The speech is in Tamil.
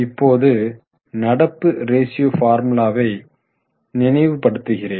இப்போது நடப்பு ரேஷியோ பார்முலாவை நினைவு படுத்துகிறேன்